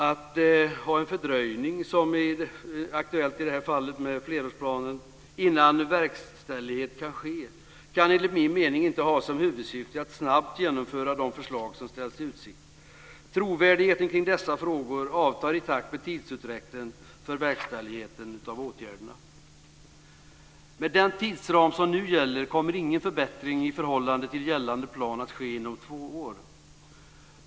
Att ha en fördröjning innan verkställighet kan ske, som är aktuellt i det här fallet med flerårsplanen, kan enligt min mening inte ha som huvudsyfte att snabbt genomföra de förslag som ställs i utsikt. Trovärdigheten kring dessa frågor avtar i takt med tidsutdräkten för verkställighet av åtgärderna. Med den tidsram som nu gäller kommer ingen förbättring i förhållande till gällande plan att ske inom två år.